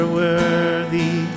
worthy